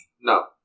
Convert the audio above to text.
No